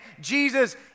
Jesus